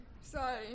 Sorry